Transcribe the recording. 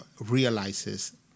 realizes